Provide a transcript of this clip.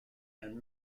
and